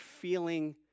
feeling